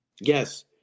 Yes